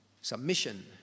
Submission